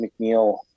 McNeil